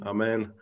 Amen